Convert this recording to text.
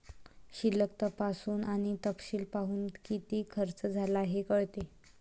शिल्लक तपासून आणि तपशील पाहून, किती खर्च झाला हे कळते